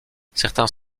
certains